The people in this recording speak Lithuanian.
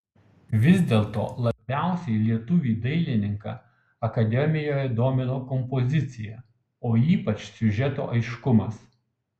vis dėlto labiausiai lietuvį dailininką akademijoje domino kompozicija o ypač siužeto aiškumas